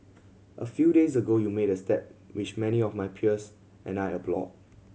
a few days ago you made a step which many of my peers and I applauded